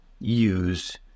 use